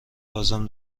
لازم